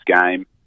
game